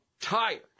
tired